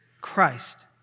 Christ